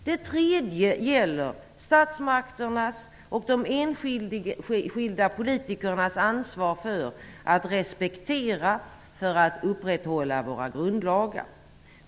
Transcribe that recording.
Det tredje gäller statsmakternas och de enskilda politikernas ansvar för att upprätthålla respekten för våra grundlagar.